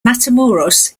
matamoros